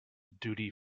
duty